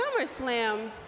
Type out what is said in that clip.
SummerSlam